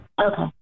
Okay